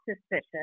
suspicious